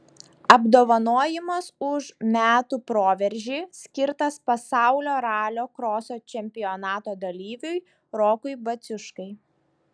apdovanojimas už metų proveržį skirtas pasaulio ralio kroso čempionato dalyviui rokui baciuškai